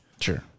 Sure